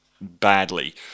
badly